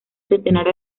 centenar